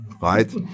right